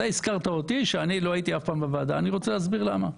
אתה הזכרת אותי שלא הייתי אף פעם בוועדה ואני רוצה להסביר למה.